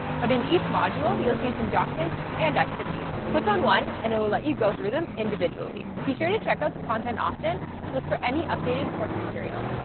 but in each module, you'll see some documents and activities. click on one and it will let you go through them individually. be sure to check out the content often to look for any updated course material.